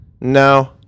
No